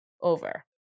Over